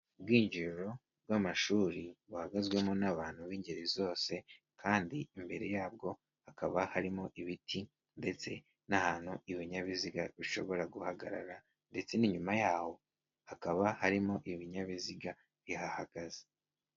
Ubwinjiriro bw'amashuri bugazwemo n'abantu b'ingeri zose, kandi imbere yabwo hakaba harimo ibiti ndetse n'ahantu ibinyabiziga bishobora guhagarara ndetse n'inyuma yaho hakaba harimo ibinyabiziga bihahagaze.